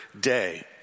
day